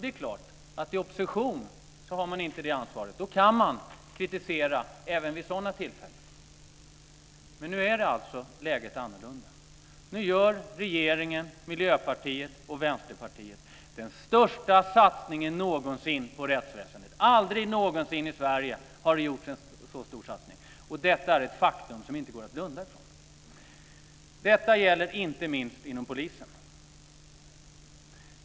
Det är klart att man i opposition inte har det ansvaret. Då kan man kritisera även vid sådana tillfällen. Men nu är alltså läget annorlunda. Nu gör regeringen, Miljöpartiet och Vänsterpartiet den största satsningen någonsin på rättsväsendet. Aldrig någonsin i Sverige har det gjorts en så stor satsning. Detta är ett faktum som det inte går att blunda för. Detta gäller inte minst inom polisen.